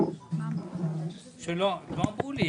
לא אמרו לי.